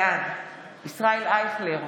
בעד ישראל אייכלר,